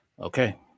Okay